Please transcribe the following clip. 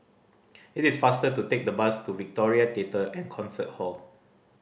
it is faster to take the bus to Victoria Theatre and Concert Hall